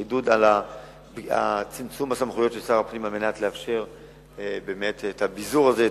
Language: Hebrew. זה חידוד צמצום הסמכויות של שר הפנים על מנת לאפשר באמת את הביזור הזה,